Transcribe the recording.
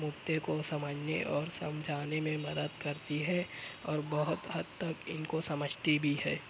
مدعے کو سمجھنے اور سمجھانے میں مدد کرتی ہے اور بہت حد تک ان کو سمجھتی بھی ہے